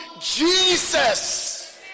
Jesus